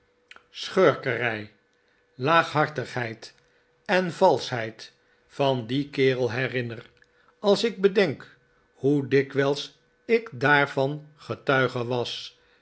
schurkerij laaghartigheid gesprekken over pecksniff envalschheid van dien kerel herinner als ik bedenk hoe dikwijls ik daarvan getuige was